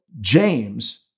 James